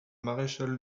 maréchal